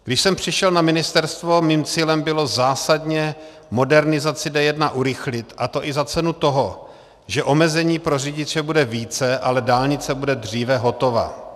Když jsem přišel na ministerstvo, mým cílem bylo zásadně modernizaci D1 urychlit, a to i za cenu toho, že omezení pro řidiče bude více, ale dálnice bude dříve hotova.